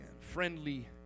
Friendly